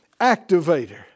activator